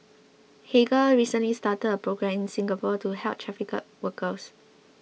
Hagar recently started a programme in Singapore to help trafficked workers